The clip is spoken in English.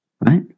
right